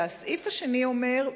הסעיף השני אומר,